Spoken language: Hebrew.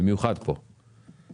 במיוחד כאן.